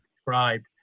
described